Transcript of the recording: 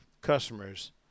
customers